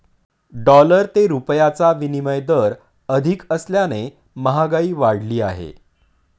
dollar ते रुपयाचा विनिमय दर अधिक असल्याने महागाई वाढली आहे